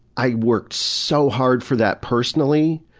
i worked so hard for that personally.